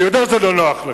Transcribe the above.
אני יודע שזה לא נוח לך.